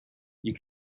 you